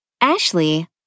Ashley